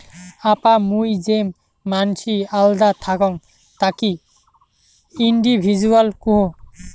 আপা মুই যে মানসি আল্দা থাকং তাকি ইন্ডিভিজুয়াল কুহ